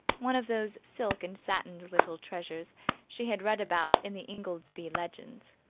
one of those silk-and-satined little treasures she had read about in the ingoldsby legends.